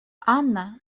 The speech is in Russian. анна